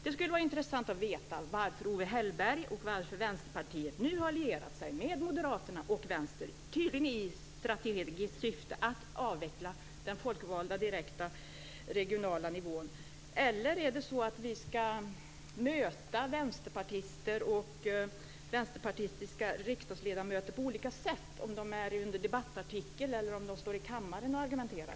Det skulle vara intressant att veta varför Owe Hellberg och Vänsterpartiet nu har lierat sig med moderaterna, tydligen i strategiskt syfte att avveckla den direkt folkvalda regionala nivån. Eller är det så att vi ska bemöta vänsterpartister och vänsterpartistiska riksdagsledamöter på olika sätt beroende på om de uttalar sig i en debattartikel eller står i kammaren och argumenterar?